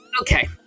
Okay